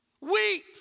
Weep